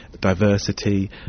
diversity